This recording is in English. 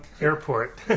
airport